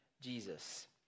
Jesus